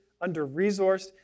under-resourced